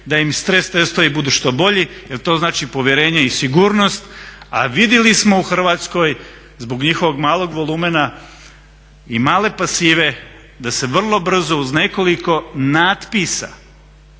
da im stres testovi budu što bolji jel to znači povjerenje i sigurnost. A vidjeli smo u Hrvatskoj zbog njihovog malog volumena i male pasive da se vrlo brzo uz nekoliko natpisa